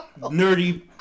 nerdy